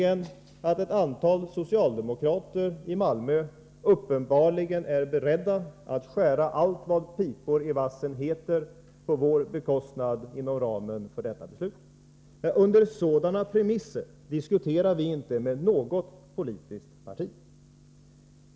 Ett antal socialdemokrater i Malmö är uppenbarligen beredda att skära allt vad pipor i vassen heter på vår bekostnad inom ramen för detta beslut. Under sådana premisser diskuterar vi inte med något politiskt parti.